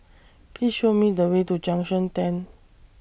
Please Show Me The Way to Junction ten